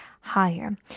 higher